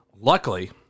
Luckily